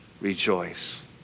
Rejoice